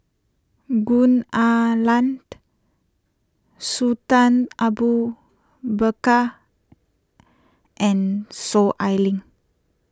Gwee Ah Leng Sultan Abu Bakar and Soon Ai Ling